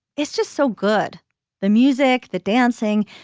it's just so good the music the dancing.